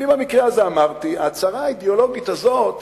במקרה הזה אמרתי, ההצהרה האידיאולוגית הזאת,